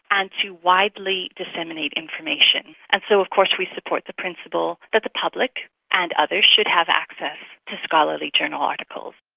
and to widely disseminate information, and so of course we support the principle that the public and others should have access to scholarly journal articles.